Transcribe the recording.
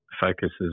focuses